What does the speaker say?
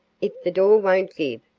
if the door won't give,